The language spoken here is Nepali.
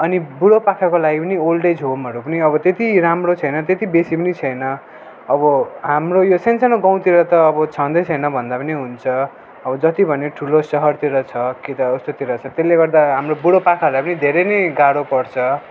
अनि बुढोपाकाको लागि पनि ओल्ड एज होमहरू पनि अब त्यति राम्रो छैन त्यति बेसी पनि छैन अब हाम्रो यो सानसानो गाउँतिर त अब छँदै छैन भन्दा पनि हुन्छ अब जति भने ठुलो सहरतिर छ कि त सिटीतिर छ त्यसले गर्दा हाम्रो बुढोपाकाहरूलाई पनि धेरै नै गाह्रो पर्छ